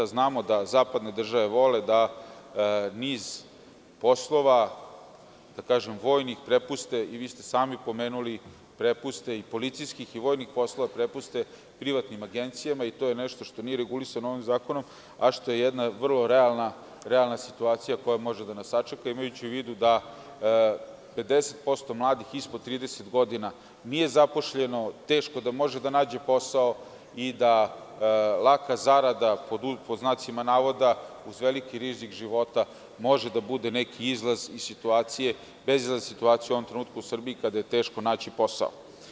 Znamo da zapadne države vole da niz poslova vojnih prepuste, i vi ste sami pomenuli, privatnim agencijama i to je nešto što nije regulisano ovim zakonom, a što je jednavrlo realna situacija koja može da nas sačeka, imajući u vidu da 50% mladih ispod 30 godina nije zaposleno, teško da može da nađe posao i da „laka“ zarada, uz veliki rizik života, može da bude neki izlaz iz bezizlazne situacije u ovom trenutku u Srbiji, kada je teško naći posao.